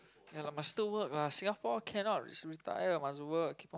ya lah must still work lah Singapore cannot retire must work